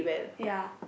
ya